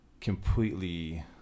completely